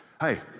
Hey